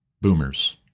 boomers